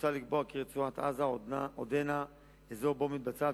מוצע לקבוע כי רצועת-עזה עודנה אזור שבו מתבצעת